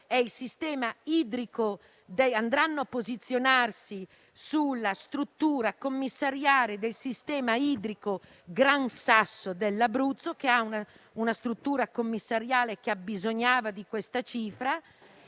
andrà a posizionarsi sulla struttura commissariale del sistema idrico Gran Sasso dell'Abruzzo, la cui struttura commissariale abbisognava di questa cifra.